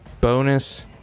bonus